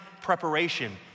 preparation